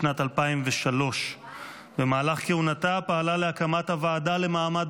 בשנת 2003. במהלך כהונתה פעלה להקמת הוועדה למעמד